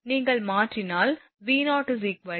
நீங்கள் மாற்றினால் V0 2